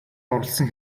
дурласан